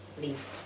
leave